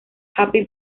happy